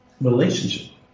relationship